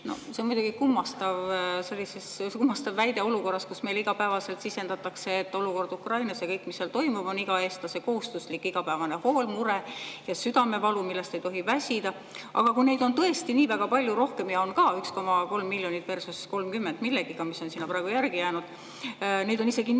See oli kummastav väide olukorras, kus meile iga päev sisendatakse, et olukord Ukrainas ja kõik, mis seal toimub, on iga eestlase kohustuslik igapäevane hool, mure ja südamevalu, millest ei tohi väsida. Aga kui neid on tõesti nii väga palju rohkem … Ja on ka: 1,3 miljonitversus30 miljonit millegagi, kes on praegu sinna jäänud. Neid on isegi